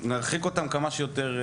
נרחיק אותם כמה שיותר.